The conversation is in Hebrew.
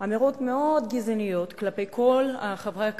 אמירות מאוד גזעניות כלפי כל חברי הכנסת,